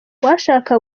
uwashaka